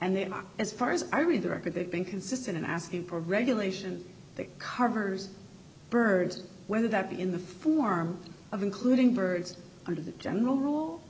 and they are as far as i read the record they've been consistent in asking for regulation that covers birds whether that be in the form of including birds under the general rule